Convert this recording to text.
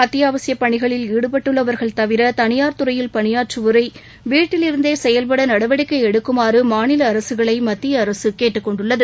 அத்தியாவசியப் பணிகளில் ஈடுபட்டுள்ளவர்கள் தவிர தனியார் துறையில் பணியாற்றவோரை வீட்டிலிருந்தே செயல்பட நடவடிக்கை எடுக்குமாறு மாநில அரசுகளை மத்திய கேட்டுக்கொண்டுள்ளது